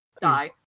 die